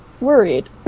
worried